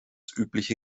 übliche